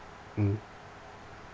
mmhmm